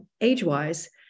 age-wise